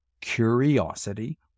curiosity